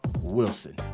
Wilson